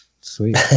sweet